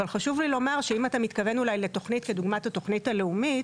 אבל חשוב לי לומר שאם אתה מתכוון אולי לתוכנית כדוגמת התוכנית הלאומית?